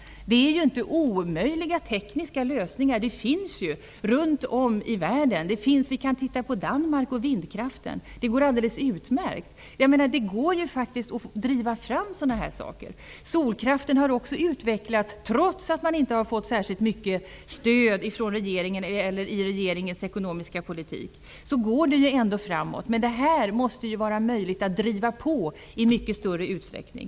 Det gäller inte omöjliga tekniska lösningar. Runt om i världen finns exempel. Vi kan ta vindkraften i Danmark som ett exempel. Det går alldeles utmärkt. Det går faktiskt att driva sådana här saker. Solkraften har också utvecklats. Trots att man inte har fått särskilt mycket stöd i regeringens ekonomiska politik går det framåt. Det måste vara möjligt att driva på i mycket större utsträckning.